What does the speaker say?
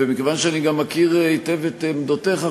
ומכיוון שאני גם מכיר היטב את עמדותיך,